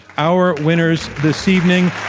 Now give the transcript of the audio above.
our winners this evening.